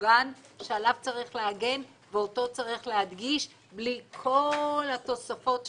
מוגן שעליו צריך להגן ואותו צריך להדגיש בלי כל התוספות שמסביב.